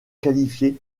qualifiées